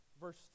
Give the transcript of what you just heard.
verse